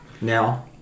Now